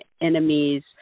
enemies